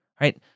right